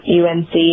unc